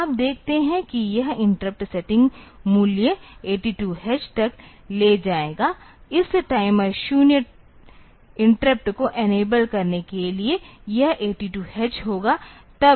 तो आप देख सकते हैं कि यह इंटरप्ट सेटिंग मूल्य 82 H तक ले जाएगा इस टाइमर 0 इंटरप्ट को इनेबल करने के लिए यह 82 H होगा